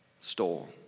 stole